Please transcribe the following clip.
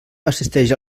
assisteix